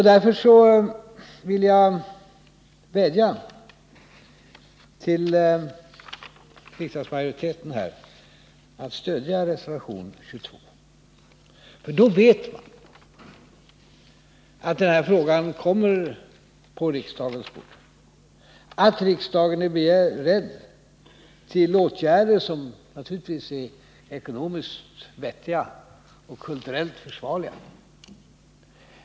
Därför vill jag vädja till riksdagsmajoriteten att stödja reservation 22. Då vet man att den här frågan kommer upp på riksdagens bord, att riksdagen är beredd att vidta åtgärder, som naturligtvis måste vara ekonomiskt vettiga och kulturellt försvarbara.